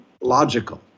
logical